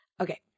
Okay